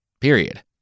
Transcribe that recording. Period